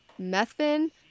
Methvin